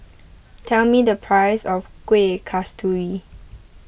tell me the price of Kuih Kasturi